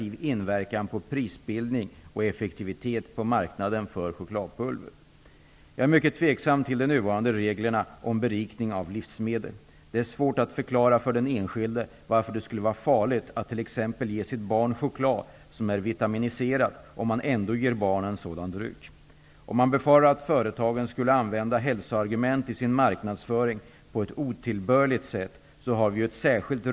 Vi måste därför noga pröva varje regel som kan få sådana effekter mot bakgrund av de intressen som regeln tillkommit för att skydda.